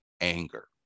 anger